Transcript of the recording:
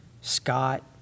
scott